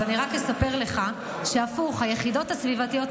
אני רק אספר לך שהפוך: היחידות הסביבתיות,